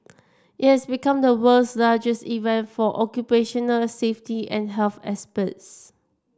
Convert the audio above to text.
it has become the world's largest event for occupational safety and health experts